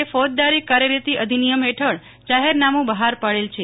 એ ફોજદારી કાર્યરીતી અધિનિયમ હેઠળ જાહેરનામું બહાર પાડેલ છે